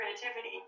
creativity